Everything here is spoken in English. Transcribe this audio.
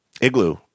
Igloo